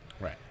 Right